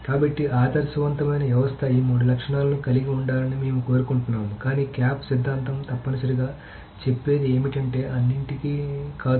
కాబట్టి ఆదర్శవంతమైన వ్యవస్థ ఈ మూడు లక్షణాలను కలిగి ఉండాలని మేము కోరుకుంటున్నాము కానీ క్యాప్ సిద్ధాంతం తప్పనిసరిగా చెప్పేది ఏమిటంటే అన్నింటినీ కాదు